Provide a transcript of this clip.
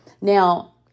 Now